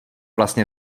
vlastně